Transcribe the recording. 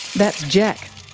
that's jack.